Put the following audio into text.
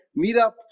Meetup